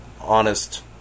honest